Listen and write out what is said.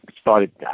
started